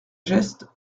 geste